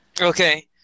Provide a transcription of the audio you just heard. Okay